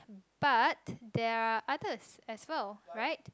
but there are other as well right